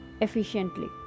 efficiently